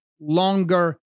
longer